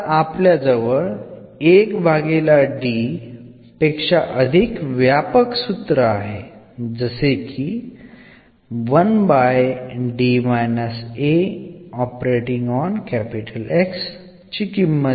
അതിനാൽ എന്നത് ഒഴികെയുള്ളതിനുള്ള ജനറൽ ഫോർമുലയാണ് അതിൻറെ മൂല്യം എന്നാണ്